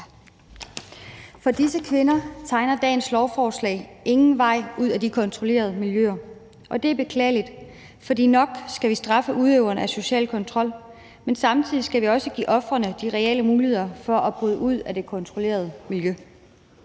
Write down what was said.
For disse kvinder tegner dagens lovforslag ingen vej ud af de kontrollerende miljøer, og det er beklageligt, for nok skal vi straffe udøveren af social kontrol, men samtidig skal vi også give ofrene de reelle muligheder for at bryde ud af det kontrollerende miljø.